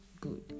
good